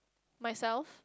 myself